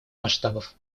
масштабов